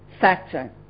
factor